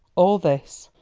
all this,